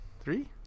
three